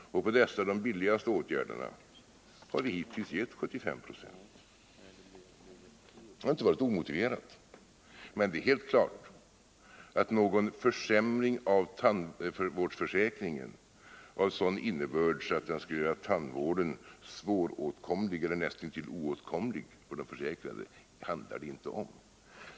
För dessa de billigaste åtgärderna har vi hittills gett 75 Je. Det har inte varit omotiverat. Men det är helt klart att någon försämring av tandvårdsförsäkringen av sådan innebörd att den gör tandvården svåråtkomlig eller näst intill oåtkomlig för de försäkrade handlar det inte om.